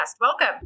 Welcome